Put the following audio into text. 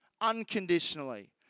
unconditionally